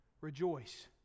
Rejoice